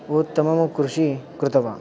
उत्तमं कृषिं कृतवान्